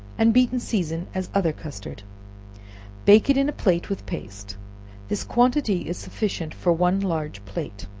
and beat and season as other custard bake it in a plate with paste this quantity is sufficient for one large plate,